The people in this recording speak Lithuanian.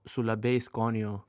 su labai skonio